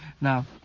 now